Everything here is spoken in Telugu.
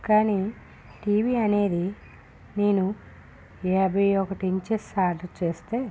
కానీ టీవీ అనేది నేను యాభై ఒకటి ఇంచెస్ ఆర్డర్ చేస్తే